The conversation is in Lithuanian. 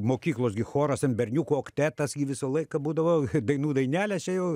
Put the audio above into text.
mokyklos gi choras ten berniukų oktetas visą laiką būdavo dainų dainelės čia jau